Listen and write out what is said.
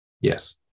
Yes